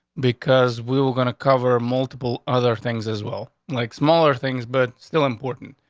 because we were going to cover multiple other things as well, like smaller things, but still important.